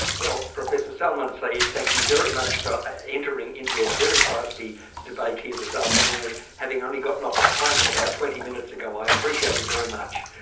well professor salman sayyid, thank you very much for entering into a very feisty debate here this afternoon, having only gotten off a plane about twenty minutes ago. i appreciate it very much.